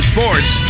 Sports